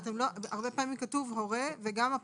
פעמים כתוב הורה וגם אפוטרופוס,